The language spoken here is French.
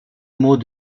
mots